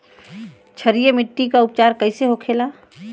क्षारीय मिट्टी का उपचार कैसे होखे ला?